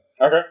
Okay